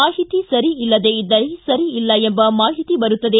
ಮಾಹಿತಿ ಸರಿ ಇಲ್ಲದೇ ಇದ್ದರೆ ಸರಿ ಇಲ್ಲ ಎಂಬ ಮಾಹಿತಿ ಬರುತ್ತದೆ